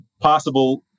possible